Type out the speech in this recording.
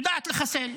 היא יודעת לחסל.